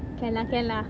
can lah can lah